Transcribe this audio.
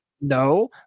No